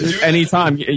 anytime